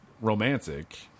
romantic